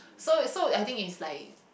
so so I think is like